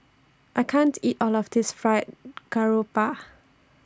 I can't eat All of This Fried Garoupa